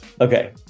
Okay